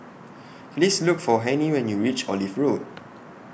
Please Look For Hennie when YOU REACH Olive Road